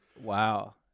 Wow